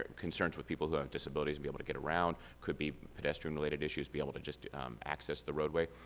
concerns with people who have disabilities, be able to get around, could be pedestrian related issues, be able to just access the roadway.